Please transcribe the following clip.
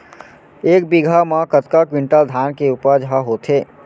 एक बीघा म कतका क्विंटल धान के उपज ह होथे?